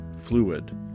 fluid